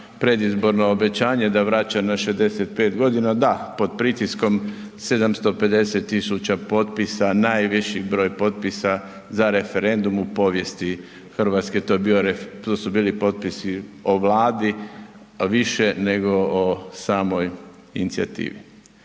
predizborno obećanje da vraća na 65 godina, da pod pritiskom 750.000 potpisa, najviši broj potpisa za referendum u povijesti Hrvatske, to su bili potpisi o vladi više nego o samoj inicijativi.